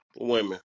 women